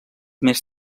més